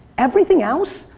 everything else,